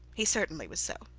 he certainly was so.